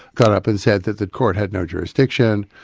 got up and said that the court had no jurisdiction,